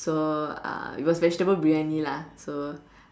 so uh it was vegetable Briyani lah so